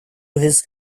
his